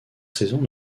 saisons